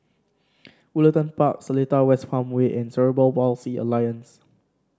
Woollerton Park Seletar West Farmway and Cerebral Palsy Alliance